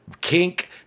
kink